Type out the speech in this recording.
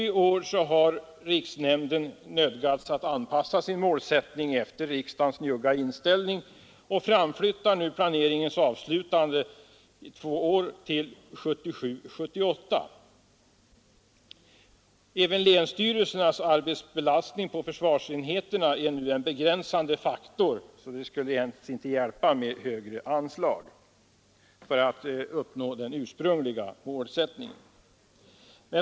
I år har riksnämnden nödgats anpassa sin målsättning efter riksdagens njugga inställning och framflyttar nu planeringens avslutande två år, till 1977/78. Även länsstyrelsernas arbetsbelastning på försvarsenheterna är en begränsande faktor, så det skulle egentligen inte hjälpa med högre anslag för att uppnå den ursprungliga målsättningen.